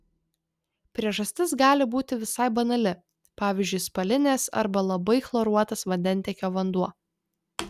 priežastis gali būti visai banali pavyzdžiui spalinės arba labai chloruotas vandentiekio vanduo